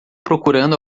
procurando